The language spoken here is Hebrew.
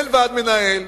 אין ועד מנהל,